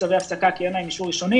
צווי הפסקה כי אין להם אישור ראשוני.